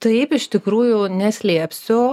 taip iš tikrųjų neslėpsiu